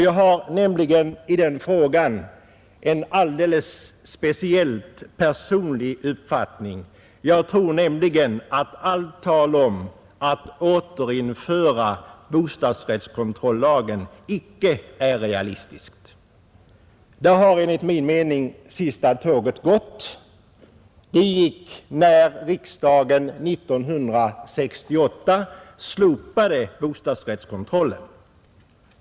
Jag har nämligen i den frågan en alldeles speciellt personlig uppfattning. Jag tror att allt tal om att återinföra bostadsrättskontrollagen är orealistiskt. Där har enligt min mening sista tåget gått. Det gick när riksdagen 1968 slopade bostadsrättskontrollen.